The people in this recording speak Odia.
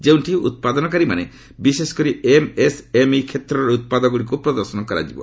ଯେଉଁଠି ଉତ୍ପାଦନକାରୀମାନେ ବିଶେଷ କରି ଏମ୍ଏସ୍ଏମ୍ଇ କ୍ଷେତ୍ରର ଉତ୍ପାଦଗୁଡ଼ିକୁ ପ୍ରଦର୍ଶନ କରାଯିବ